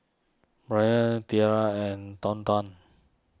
Braelyn Tatia and Thornton